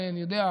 אני יודע,